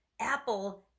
Apple